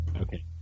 Okay